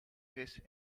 vis